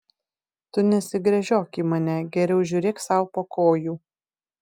tu nesigręžiok į mane geriau žiūrėk sau po kojų